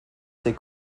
ses